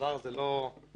והדבר הזה לא יתקדם.